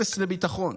אפס לביטחון.